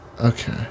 Okay